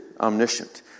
omniscient